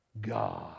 God